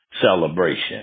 celebration